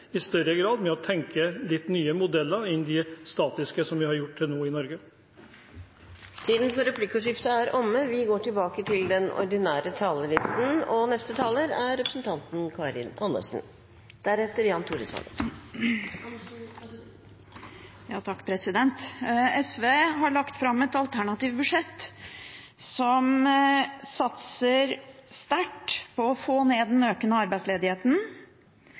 i større grad ved å tenke litt andre modeller enn de statiske som vi har gjort til nå i Norge. Replikkordskiftet er omme. SV har lagt fram et alternativt budsjett som satser sterkt på å få ned den økende arbeidsledigheten, som har gode tiltak for å håndtere Norges ansvar når det gjelder klimakrisen, og som